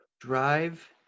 Drive